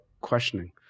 questioning